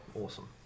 Awesome